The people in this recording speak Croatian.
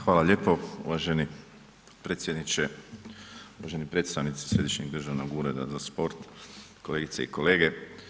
Hvala lijepo uvaženi predsjedniče, uvaženi predstavnici Središnjeg državnog Ureda za sport, kolegice i kolege.